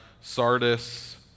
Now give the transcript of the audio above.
Sardis